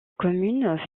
commune